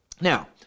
Now